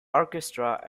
orchestra